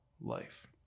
life